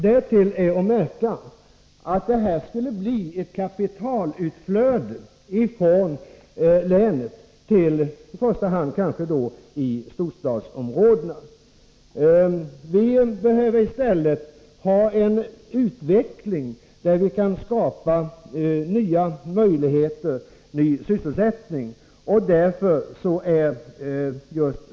Därtill kan man lägga märke till att det skulle bli ett kapitalutflöde ifrån länet till i första hand storstadsområden. Vi behöver i stället ha en utveckling som ger oss möjligheter att skapa ny sysselsättning.